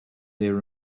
there